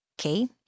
okay